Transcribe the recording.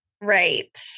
right